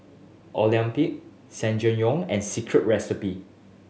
Olympus Ssangyong and Secret Recipe